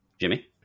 Jimmy